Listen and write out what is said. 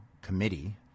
Committee